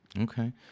Okay